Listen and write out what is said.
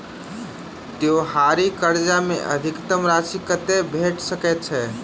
त्योहारी कर्जा मे अधिकतम राशि कत्ते भेट सकय छई?